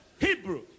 Hebrew